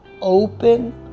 open